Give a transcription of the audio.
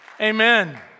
Amen